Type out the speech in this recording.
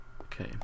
Okay